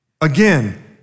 Again